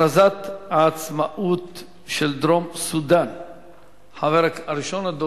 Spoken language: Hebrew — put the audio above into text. נעבור להצעות לסדר-היום בנושא: הכרזת העצמאות של דרום-סודן,